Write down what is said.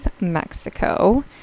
Mexico